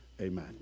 amen